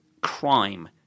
crime